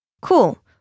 Cool